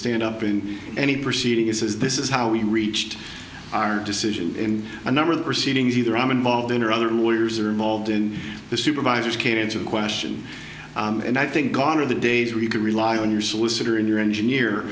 stand up in any proceeding and says this is how we reached our decision in a number of proceedings either i'm involved in or other lawyers are involved in the supervisors can answer the question and i think gone are the days where you can rely on your solicitor and your engineer